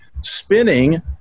spinning